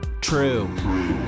true